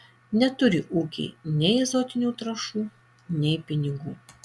neturi ūkiai nei azotinių trąšų nei pinigų